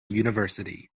university